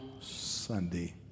Sunday